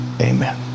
amen